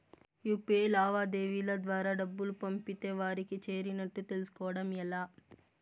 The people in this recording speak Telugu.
యు.పి.ఐ లావాదేవీల ద్వారా డబ్బులు పంపితే వారికి చేరినట్టు తెలుస్కోవడం ఎలా?